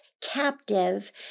captive